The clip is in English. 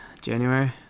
January